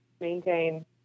maintain